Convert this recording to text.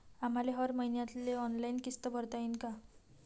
आम्हाले हर मईन्याले ऑनलाईन किस्त भरता येईन का?